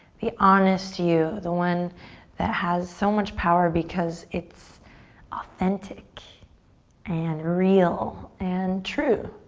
the honest you, the one that has so much power because it's authentic and real and true.